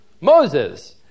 Moses